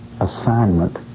assignment